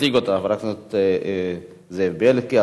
יציג אותה חבר הכנסת זאב בילסקי.